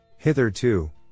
Hitherto